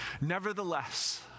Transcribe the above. Nevertheless